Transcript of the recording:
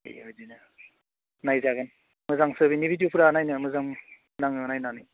बेबायदिनो नायजागोन मोजांसो बिनि भिडिअफ्रा नायनो मोजां नाङो नायनानै